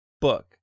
book